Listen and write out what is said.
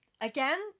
Again